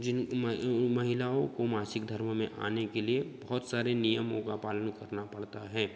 जिन महिलाओं को मासिक धर्म में आने के लिए बहोत सारे नियमों का पालन करना पड़ता है